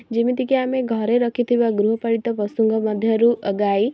ଯେମିତିକି ଆମେ ଘରେ ରଖିଥିବା ଗୃହପାଳିତ ପଶୁଙ୍କ ମଧ୍ୟରୁ ଗାଈ